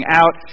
out